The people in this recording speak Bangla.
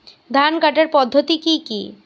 ধান কাটার পদ্ধতি কি কি?